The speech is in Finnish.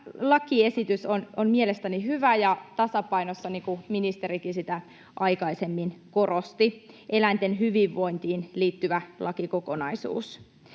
lakiesitys on mielestäni hyvä ja tasapainoinen — niin kuin ministerikin sitä aikaisemmin korosti — eläinten hyvinvointiin liittyvä lakikokonaisuus.